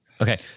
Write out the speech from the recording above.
Okay